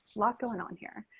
lot going on here